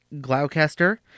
Gloucester